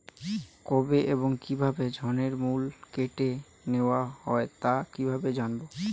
কবে এবং কিভাবে ঋণের মূল্য কেটে নেওয়া হয় তা কিভাবে জানবো?